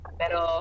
pero